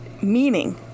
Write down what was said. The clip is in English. meaning